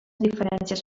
diferències